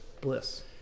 Bliss